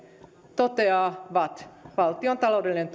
toteaa vatt valtion taloudellinen